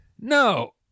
no